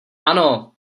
ano